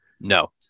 No